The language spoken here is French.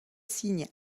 signe